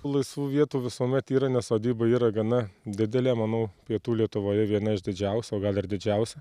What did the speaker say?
laisvų vietų visuomet yra nes sodyba yra gana didelė manau pietų lietuvoje viena iš didžiausių o gal ir didžiausia